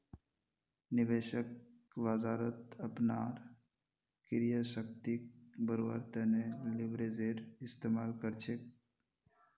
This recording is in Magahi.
निवेशक बाजारत अपनार क्रय शक्तिक बढ़व्वार तने लीवरेजेर इस्तमाल कर छेक